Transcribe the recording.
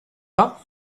pas